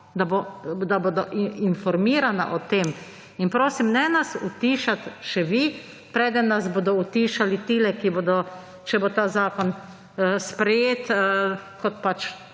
da bo informirana o tem. In prosim, ne nas utišati še vi, preden nas bodo utišali tile, če bo ta zakon sprejet, kot pač